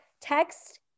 text